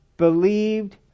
believed